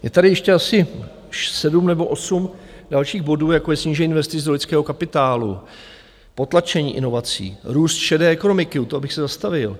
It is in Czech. Je tady ještě asi sedm nebo osm dalších bodů, jako je snížení investic do lidského kapitálu, potlačení inovací, růst šedé ekonomiky u toho bych se zastavil.